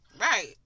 Right